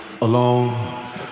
alone